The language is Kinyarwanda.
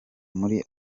muri